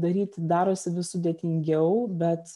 daryti darosi vis sudėtingiau bet